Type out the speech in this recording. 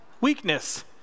weakness